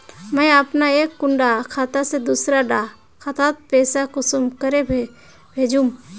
मुई अपना एक कुंडा खाता से दूसरा डा खातात पैसा कुंसम करे भेजुम?